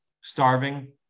starving